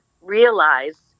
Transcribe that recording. realize